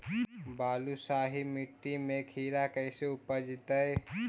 बालुसाहि मट्टी में खिरा कैसे उपजतै?